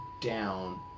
down